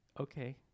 okay